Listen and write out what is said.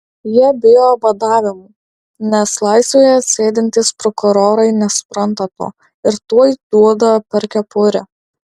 jie bijo badavimų nes laisvėje sėdintys prokurorai nesupranta to ir tuoj duoda per kepurę